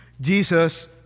Jesus